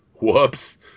Whoops